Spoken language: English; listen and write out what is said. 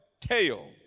tail